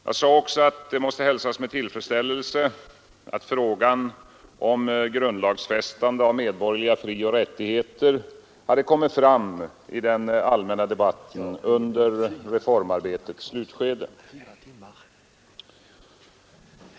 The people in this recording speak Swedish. Jag sade också att det måste hälsas med tillfredsställelse att frågan om grundlagsfästande av medborgerliga frioch rättigheter hade kommit fram i den allmänna debatten under reformarbetets slutskede.